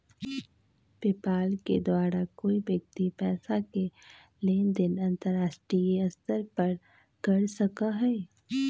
PayPal के द्वारा कोई व्यक्ति पैसा के लेन देन अंतर्राष्ट्रीय स्तर पर कर सका हई